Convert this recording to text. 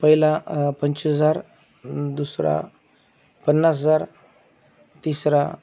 पहिला पंचवीस हजार दुसरा पन्नास हजार तिसरा